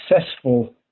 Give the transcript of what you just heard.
successful